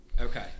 Okay